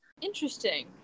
Interesting